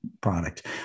product